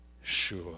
sure